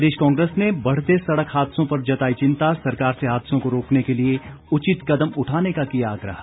प्रदेश कांग्रेस ने बढ़ते सड़क हादसों पर जताई चिंता सरकार से हादसों को रोकने के लिए उचित कदम उठाने का किया आग्रह